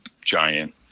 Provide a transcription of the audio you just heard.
giant